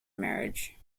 marriage